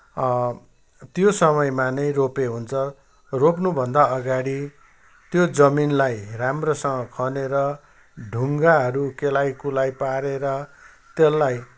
त्यो समयमा नै रोपे हुन्छ रोप्नुभन्दा अगाडि त्यो जमिनलाई राम्रोसँग खनेर ढुङ्गाहरू केलाईकुलाई पारेर त्यसलाई